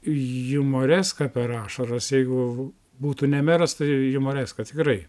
jumoreską per ašaras jeigu būtų ne meras tai jumoreską tikrai